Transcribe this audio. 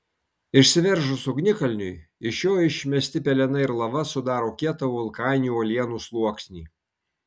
išsiveržus ugnikalniui iš jo išmesti pelenai ir lava sudaro kietą vulkaninių uolienų sluoksnį